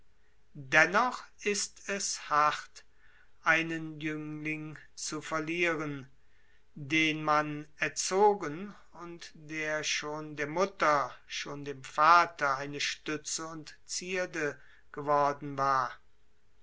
dennoch ist es hart einen jünglings zu verlieren den man erzogen und der schon der mutter schon dem vater eine stütze und zierde geworden war